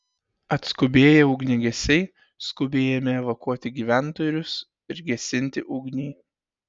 atskubėję ugniagesiai skubiai ėmė evakuoti gyventojus ir gesinti ugnį